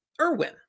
Irwin